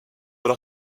dans